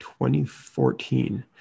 2014